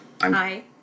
Hi